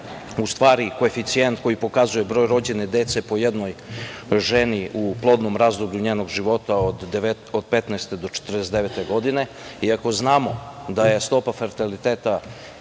u stvari koeficijent koji pokazuje broj rođene dece po jednoj ženi u plodnom razdoblju njenog života od 15 do 49 godine i ako znamo da je stopa fertiliteta